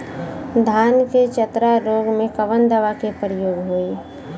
धान के चतरा रोग में कवन दवा के प्रयोग होई?